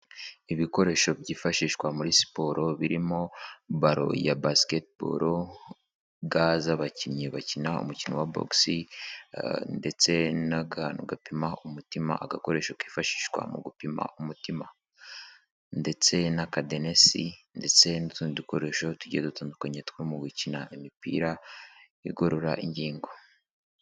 Ibikoresho byifashishwa muri siporo birimo balo ya basketball, ga z'abakinnyi bakina umukino wa bogisi ndetse n'akantu gapima umutima, agakoresho kifashishwa mu gupima umutima ndetse na kadenesi ndetse n'utundi dukoresho tugiye dutandukanye two mu gukina imipira igorora ingingo.